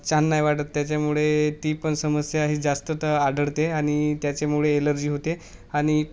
छान नाही वाटत त्याच्यामुळे ती पण समस्या ही जास्तता आढळते आणि त्याच्यामुळे एलर्जी होते आणि